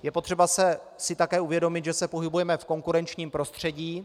Je potřeba si také uvědomit, že se pohybujeme v konkurenčním prostředí.